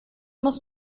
muss